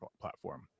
platform